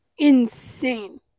Insane